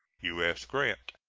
u s. grant.